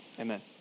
Amen